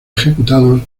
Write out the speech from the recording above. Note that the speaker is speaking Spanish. ejecutados